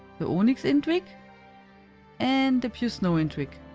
the onyx indrik and the pure snow indrik.